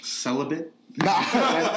celibate